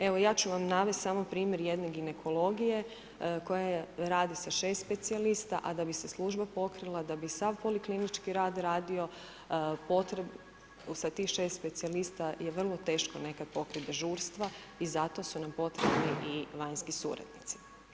Evo ja ću vam navest samo primjer jedne ginekologije koja radi sa 6 specijalista, a da bi se služba pokrila, da bi sav poliklinički rad radio sa tih 6 specijalista je vrlo teško nekad pokrit dežurstva i zato su nam potrebni i vanjski suradnici.